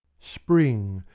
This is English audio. spring,